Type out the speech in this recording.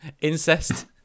incest